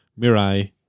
Mirai